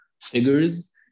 figures